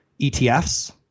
ETFs